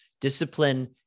Discipline